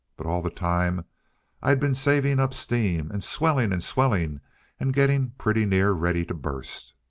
but all the time i'd been saving up steam, and swelling and swelling and getting pretty near ready to bust.